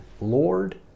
Lord